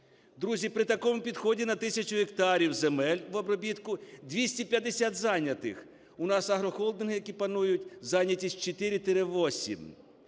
Друзі, при такому підході на 1000 гектарів земель в обробітку 250 зайнятих. У нас агрохолдинги, які панують, зайнятість 4-8.